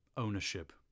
ownership